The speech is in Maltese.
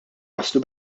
waslu